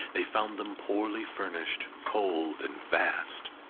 they found them poorly furnished, cold, and vast.